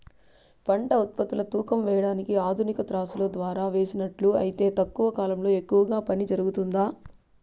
పంట ఉత్పత్తులు తూకం వేయడానికి ఆధునిక త్రాసులో ద్వారా వేసినట్లు అయితే తక్కువ కాలంలో ఎక్కువగా పని జరుగుతుందా?